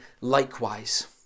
likewise